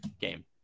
game